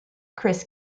chris